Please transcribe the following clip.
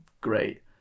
great